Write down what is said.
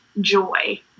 joy